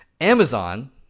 Amazon